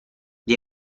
gli